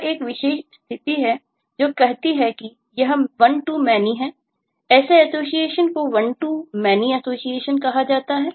यह एक विशेष स्थिति है जो कहती है कि यह one to many हैं ऐसे एसोसिएशन को one to many एसोसिएशन कहा जाता है